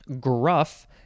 Gruff